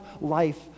life